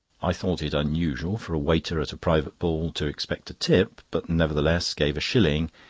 i thought it unusual for a waiter at a private ball to expect a tip, but nevertheless gave a shilling,